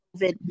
COVID